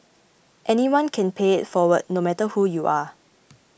anyone can pay it forward no matter who you are